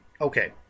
okay